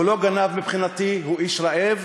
הוא לא גנב מבחינתי, הוא איש רעב